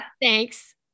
Thanks